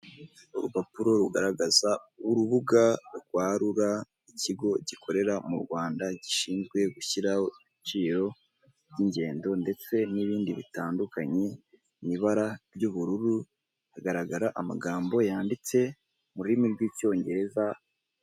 Urupapuro rugaragaza urubuga rwa rura. Ikigo gikorera mu Rwanda gishinzwe gushyiraho ibiciro by'ingendo ndetse n'ibindi bitandukanye mu ibara ry'ubururu, hagaragara amagambo yanditse mu rurimi rw'Icyongereza...